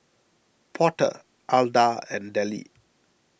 Porter Alda and Dellie